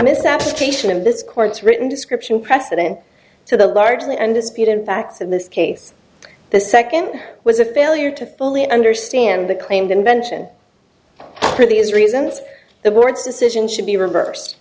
misapplication of this court's written description precedent to the largely undisputed facts in this case the second was a failure to fully understand the claimed invention for these reasons the board's decision should be reverse